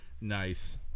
Nice